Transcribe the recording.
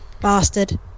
Bastard